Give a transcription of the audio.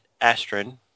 Astron